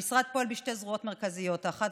המשרד פועל בשתי זרועות מרכזיות: האחת,